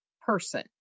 person